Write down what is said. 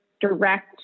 direct